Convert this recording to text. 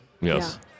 Yes